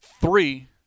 three